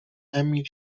emil